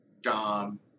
Dom